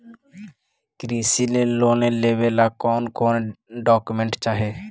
कृषि लोन लेने ला कोन कोन डोकोमेंट चाही?